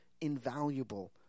invaluable